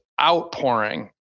outpouring